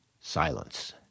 silence